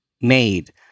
made